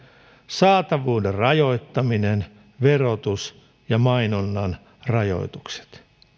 saatavuuden rajoittaminen verotus ja mainonnan rajoitukset